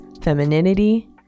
femininity